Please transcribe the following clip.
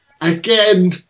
Again